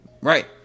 Right